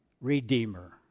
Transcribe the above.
Redeemer